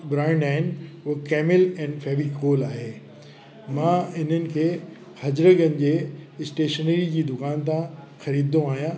brand आहिनि उहो Camel एन फैविकोल आहे मां इन्हनि खे हज़रे गंज जे स्टेशनरी जी दुकान तां ख़रीदंदो आहियां